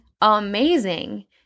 amazing